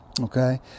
Okay